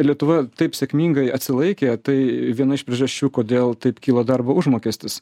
lietuva taip sėkmingai atsilaikė tai viena iš priežasčių kodėl taip kyla darbo užmokestis